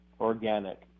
organic